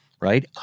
right